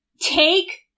take